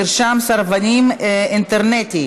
מרשם סרבנים אינטרנטי),